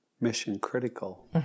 mission-critical